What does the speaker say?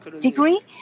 degree